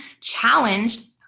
challenged